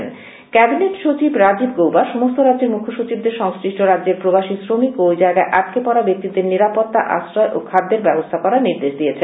cabinet সচিব cabinet সচিব রাজীব গৌবা সমস্ত রাজ্যের মুখ্যসচিবদের সংশ্লিষ্ট রাজ্যের প্রবাসী শ্রমিক ও ওই জায়গায় আটকে পরা ব্যক্তিদের নিরাপত্তা আশ্রয় ও খাদ্যের ব্যবস্থা করার নির্দেশ দিয়েছেন